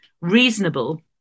reasonable